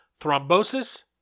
thrombosis